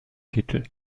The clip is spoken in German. titel